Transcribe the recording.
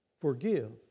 Forgive